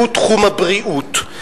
שהוא תחום הבריאות.